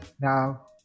now